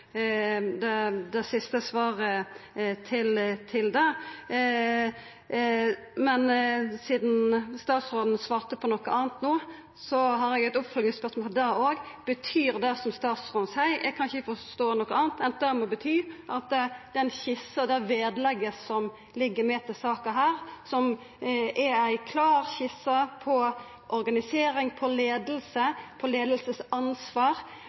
noko anna, har eg eit oppfølgingsspørsmål til det òg. Eg kan ikkje forstå noko anna enn at det statsråden seier, må bety at den skissa, det vedlegget, som ligg ved saka her – som er ei klar skisse over organisering, leiing og leiaransvar – har ikkje statsråden gitt si tilslutning til, det er ei skisse som førebels på ein måte lever sitt eige liv. Jeg svarer på